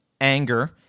anger